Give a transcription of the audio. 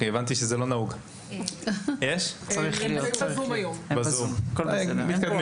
כן, הם בזום היום, הכול בסדר.